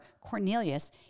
Cornelius